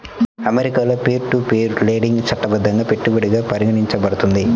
అమెరికాలో peer to peer lending చట్టబద్ధంగా పెట్టుబడిగా పరిగణించబడుతుంది